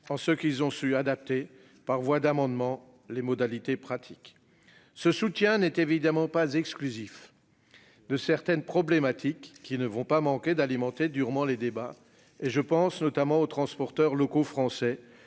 écotaxe. Ils ont su en adapter par voie d'amendements les modalités pratiques. Ce soutien n'est cependant pas exclusif de certaines problématiques qui ne manqueront pas d'alimenter durement les débats. Je pense notamment aux transporteurs locaux français,